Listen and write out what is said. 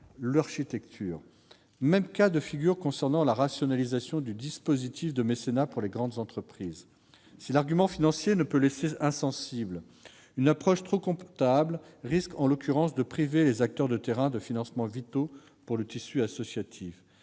l'architecture. Même cas de figure concernant la rationalisation du dispositif de mécénat pour les grandes entreprises : si l'argument financier ne peut laisser insensible, une approche trop comptable risque, en l'occurrence, de priver les acteurs de terrain de financements vitaux pour le tissu associatif.